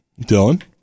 Dylan